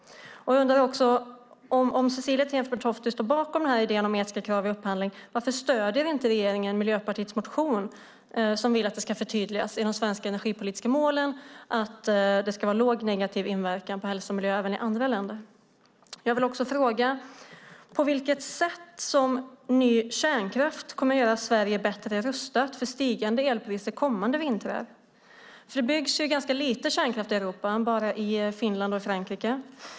Står Cecilie Tenfjord-Toftby bakom idén om etiska krav i upphandling? Varför stöder inte regeringen Miljöpartiets motion där vi vill att det inom de svenska energipolitiska målen ska förtydligas att det ska vara låg negativ inverkan på hälsa och miljö även i andra länder? På vilket sätt kommer ny kärnkraft att göra Sverige bättre rustat mot stigande elpriser kommande vintrar? Det byggs lite kärnkraft i Europa, bara i Finland och Frankrike.